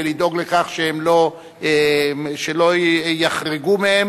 ולדאוג לכך שלא יחרגו מהם,